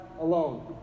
alone